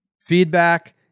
feedback